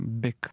big